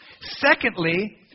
Secondly